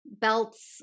belts